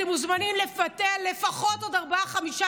אתם מוזמנים לבטל לפחות עוד ארבעה-חמישה